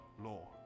Law